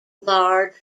large